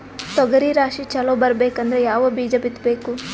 ತೊಗರಿ ರಾಶಿ ಚಲೋ ಬರಬೇಕಂದ್ರ ಯಾವ ಬೀಜ ಬಿತ್ತಬೇಕು?